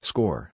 Score